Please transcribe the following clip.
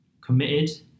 committed